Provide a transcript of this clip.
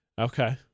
Okay